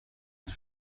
att